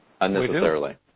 unnecessarily